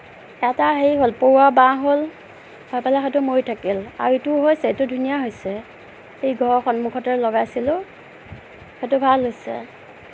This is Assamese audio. এটা হেৰি হ'ল পৰুৱাৰ বাঁহ হ'ল হৈ পেলাই সেইটো মৰি থাকিল আও ইটো হৈছে ইটো ধুনীয়া হৈছে এই ঘৰৰ সন্মুখতে লগাইছিলোঁ সেইটো ভাল হৈছে